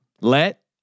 Let